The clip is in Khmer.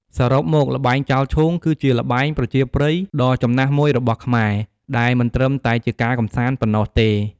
សរុបមក ល្បែងចោលឈូង គឺជាល្បែងប្រជាប្រិយដ៏ចំណាស់មួយរបស់ខ្មែរ ដែលមិនត្រឹមតែជាការកម្សាន្តប៉ុណ្ណោះទេ ។